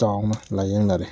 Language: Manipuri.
ꯆꯥꯎꯅ ꯂꯥꯏꯌꯦꯡꯅꯔꯦ